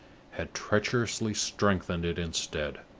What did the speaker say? had treacherously strengthened it instead.